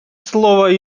слово